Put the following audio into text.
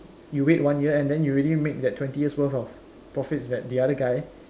you wait one year and then you already made that twenty years worth of profits that the other guy